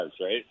right